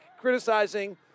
criticizing